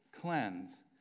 cleanse